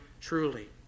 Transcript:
truly